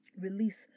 release